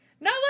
No